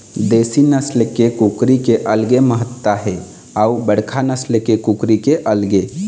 देशी नसल के कुकरी के अलगे महत्ता हे अउ बड़का नसल के कुकरी के अलगे